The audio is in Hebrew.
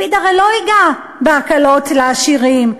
לפיד הרי לא ייגע בהקלות לעשירים,